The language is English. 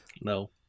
No